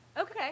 okay